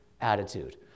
attitude